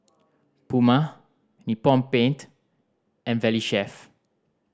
Puma Nippon Paint and Valley Chef